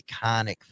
iconic